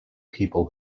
people